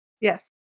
Yes